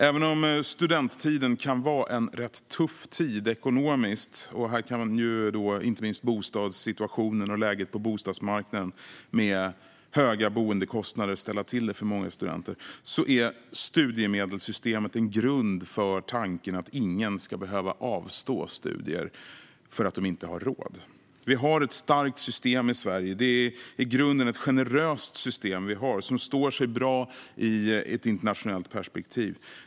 Även om studenttiden kan vara en rätt tuff tid ekonomiskt - här kan inte minst bostadssituationen och läget på bostadsmarknaden med höga boendekostnader ställa till det för många studenter - är studiemedelssystemet en grund för tanken att ingen ska behöva avstå från studier för att de inte har råd. Vi har ett starkt system i Sverige. Det är i grunden ett generöst system som vi har och som står sig bra i ett internationellt perspektiv.